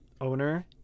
owner